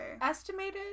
Estimated